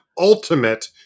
Ultimate